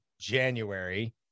January